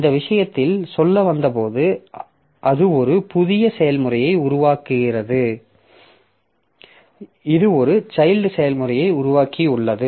இந்த விஷயத்தைச் சொல்ல வந்தபோது அது ஒரு புதிய செயல்முறையை உருவாக்குகிறது இது ஒரு சைல்ட் செயல்முறையை உருவாக்கியுள்ளது